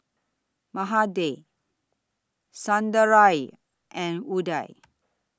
Mahade Sundaraiah and Udai